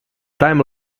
time